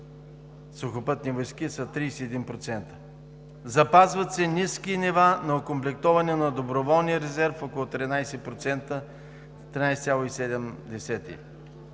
Сухопътни войски, са 31%. Запазват се ниски нива на окомплектоване на доброволния резерв – около 13,7%.